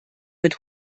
mit